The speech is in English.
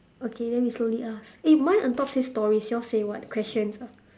okay then we slowly ask eh my on top say stories yours say what questions ah